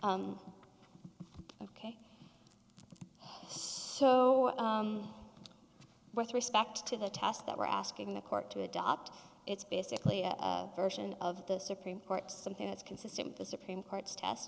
on ok so with respect to the task that we're asking the court to adopt it's basically a version of the supreme court something that's consistent the supreme court's test